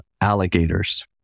alligators